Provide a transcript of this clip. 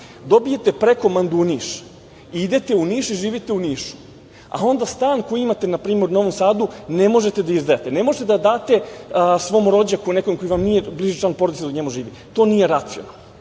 dobijete prekomandu u Niš, idete u Niš i živite u Nišu, a onda stan koji imate na primer u Novom Sadu, ne možete da izdate, ne možete da date svom rođaku, nekom koji vam nije bliži porodici da u njemu živi. To nije racionalno. Hajde